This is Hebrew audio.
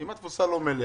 אם התפוסה לא מלאה,